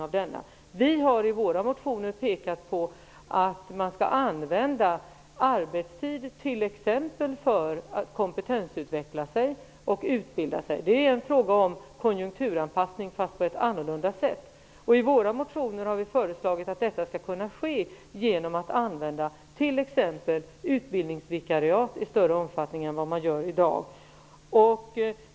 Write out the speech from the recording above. Vi har i våra motioner pekat på att man skall använda arbetstiden för att t.ex. kompetensutveckla sig och utbilda sig. Det är fråga om en konjunkturanpassning, fast på ett annorlunda sätt. Vi har i våra motioner föreslagit att detta skall kunna ske genom användandet av exempelvis utbildningsvikariat i större omfattning än vad som sker i dag.